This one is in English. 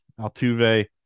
Altuve